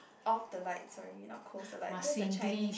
off the lights sorry not closed the lights that's a Chinese